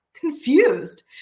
Confused